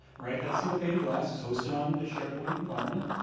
right, that single pane of glass is hosted on a sharepoint environment.